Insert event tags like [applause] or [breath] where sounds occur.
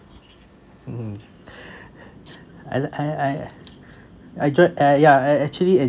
mm mm [breath] I l~ I I I joy~ eh yeah I actually